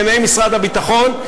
בעיני משרד הביטחון,